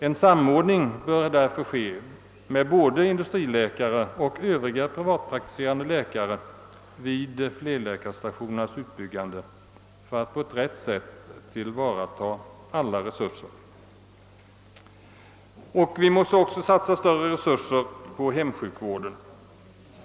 En samordning bör därför ske med både industriläkare och andra privatpraktiserande läkare vid flerläkarstationernas utbyggande för att på rätt sätt tillvarata alla resurser. Vi måste också satsa mera på hemsjukvården.